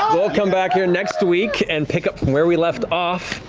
um we'll come back here next week and pick up from where we left off,